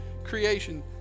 creation